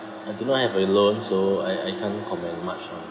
I do not have a loan so I I can't comment much on